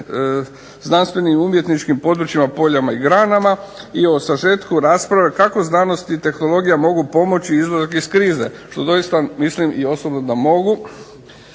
znanstvenim, umjetničkim poljama i granama, i o sažetku rasprave kako znanost i tehnologija mogu pomoći izlasku iz krize. Što doista mislim osobno da mogu.